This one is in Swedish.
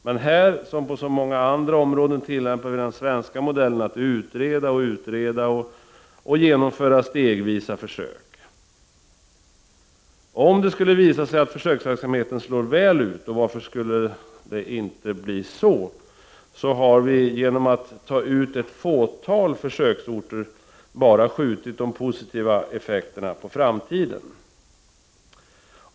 Men här, som på så många andra områden, tillämpar vi den svenska modellen att utreda och genomföra stegvisa försök. Om det skulle visa sig att försöksverksamheten slår väl ut — och varför skulle det inte bli så — har vi genom att ta ut ett fåtal försöksorter bara skjutit de positiva effekterna på framtiden.